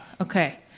Okay